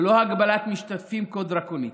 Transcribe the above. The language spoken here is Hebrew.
ללא הגבלת משתתפים כה דרקונית.